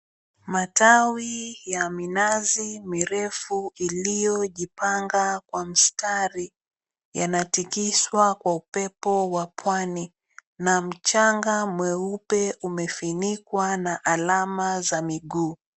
Matawi ya minazi mirefu iliyojipanga kwa mstari, yanatingizwa kwa upepo wa pwani na mchanga mweupe umefunikwa na alama za miguu.